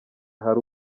hari